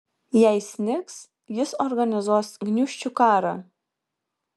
jei snigs jis organizuos gniūžčių karą